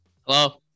Hello